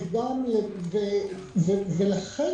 ולכן,